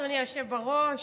אדוני היושב בראש,